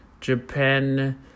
Japan